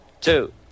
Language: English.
two